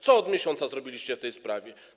Co od miesiąca zrobiliście w tej sprawie?